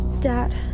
Dad